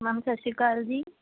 ma'am ਸਤਿ ਸ਼੍ਰੀ ਕਾਲ ਜੀ